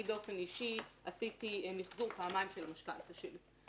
אני באופן אישי עשיתי מחזור פעמיים של המשכנתא שלי.